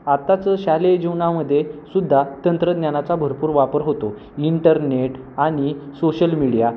आताचं शालेय जीवनामध्ये सुद्धा तंत्रज्ञानाचा भरपूर वापर होतो इंटरनेट आणि सोशल मीडिया